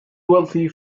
wealthy